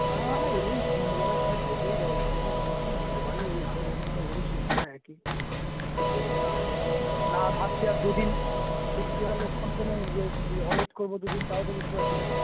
না না এই সন্ধেবেলায় সব বসে এই গল্প টল্প করছি সবারই এই আরও বন্ধু বান্ধব ওদেরও চিন্তা একই কী করবো না করবো না ভাবছি আর দুদিন ওয়েট করবো দুদিন তাও তো বুঝতে পাচ্ছি না